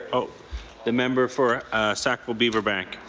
oh the member for sackville-beaver bank.